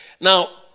Now